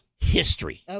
history